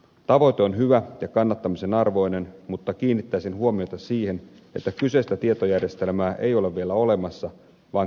tavoite on hyvä ja kannattamisen arvoinen mutta kiinnittäisin huomiota siihen että kyseistä tietojärjestelmää ei ole vielä olemassa vaan se on kehitteillä